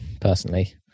personally